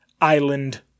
Island